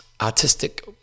artistic